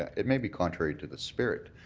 it may be contrary to the spirit,